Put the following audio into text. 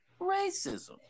racism